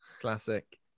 classic